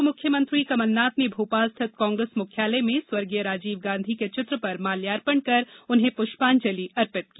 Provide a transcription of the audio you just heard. पूर्व मुख्यमंत्री कमलनाथ ने भोपाल स्थित कांग्रेस मुख्यालय में स्वर्गीय राजीव गांधी के चित्र पर माल्यार्पण कर पुष्पांजलि अर्पित की